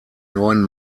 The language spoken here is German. neuen